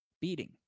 beating